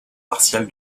martial